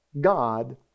God